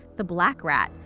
the black rat,